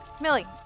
Millie